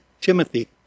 Timothy